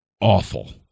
awful